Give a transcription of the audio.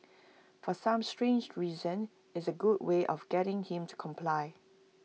for some strange reason it's A good way of getting him to comply